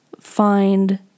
find